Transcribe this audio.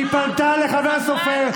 היא פנתה לחבר הכנסת סופר.